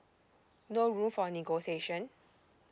no room for negotiation